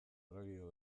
erregio